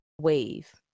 wave